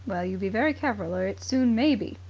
well, you be very careful or it soon may be.